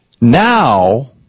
Now